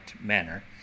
manner